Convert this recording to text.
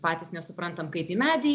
patys nesuprantam kaip į medį